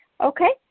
Okay